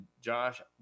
Josh